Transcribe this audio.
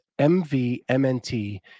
MVMNT